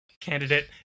candidate